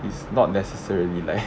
it's not necessarily leh